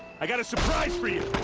i gotta surprise for you!